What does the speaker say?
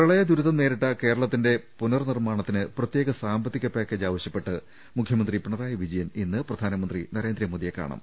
പ്രളയ ദുരിതം നേരിട്ട കേരളത്തിന്റെ പുനർ നിർമ്മാണത്തിന് പ്രത്യേക സാമ്പത്തിക പാക്കേജ് ആവശ്യപ്പെട്ട് മുഖ്യമന്ത്രി പിണറായി വിജയൻ ഇന്ന് പ്രധാനമന്ത്രി നരേന്ദ്രമോദിയെ ്രകാണും